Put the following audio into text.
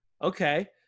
okay